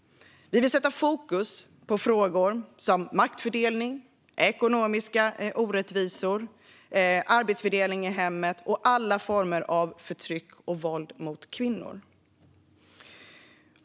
Vi vill sätta fokus på frågor som maktfördelning, ekonomiska orättvisor, arbetsfördelning i hemmet och alla former av förtryck och våld mot kvinnor.